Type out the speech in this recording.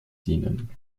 dienen